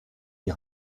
die